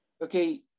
Okay